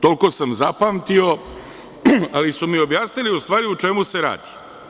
Toliko sam zapamtio, ali su mi objasnili u stvari o čemu se radi.